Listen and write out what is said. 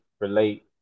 relate